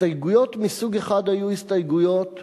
הסתייגויות מסוג אחד היו הסתייגויות,